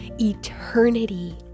eternity